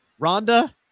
Rhonda